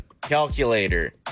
Calculator